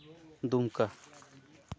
ᱫᱩᱢᱠᱟ